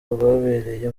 rwabereye